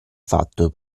fatto